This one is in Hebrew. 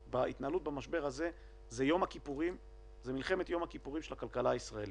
שההתנהלות במשבר הזה זו מלחמת יום כיפור של הכלכלה הישראלית.